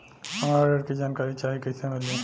हमरा ऋण के जानकारी चाही कइसे मिली?